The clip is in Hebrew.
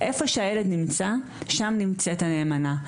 איפה שהילד נמצא שם נמצאת הנאמנה.